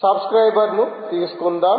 subscriber ను తీసుకుందాం